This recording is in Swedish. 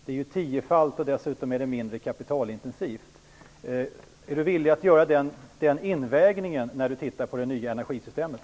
Det handlar om tiofalt, och dessutom är det mindre kapitalintensivt. Är Anders Sundström villig att väga in detta när han tittar på det nya energisystemet?